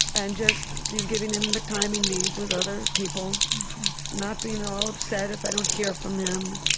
and just giving him the time he needs with other people not being all upset if i don't hear from him.